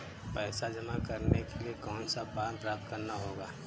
पैसा जमा करने के लिए कौन सा फॉर्म प्राप्त करना होगा?